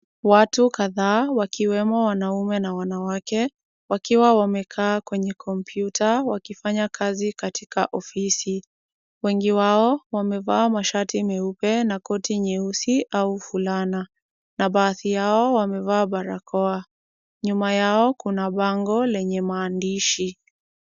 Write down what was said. Watu kadhaa wakiwemo wanaume na wanawake, wakiwa wamekaa kwenye kompyuta wakifanya kazi katika ofisi. Wengi wao wamevaa mashati meupe na koti nyeusi au fulana na baadhi yao wamevaa barakoa. Nyuma yao kuna bango lenye maandishi.